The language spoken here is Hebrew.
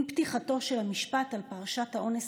עם פתיחתו של המשפט על פרשת האונס